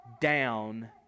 down